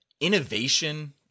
innovation